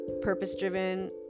purpose-driven